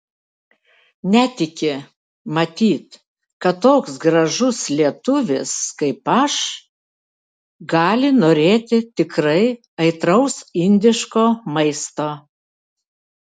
netiki matyt kad toks gražus lietuvis kaip aš gali norėti tikrai aitraus indiško maisto